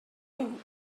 him